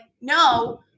no